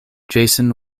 jason